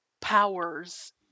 powers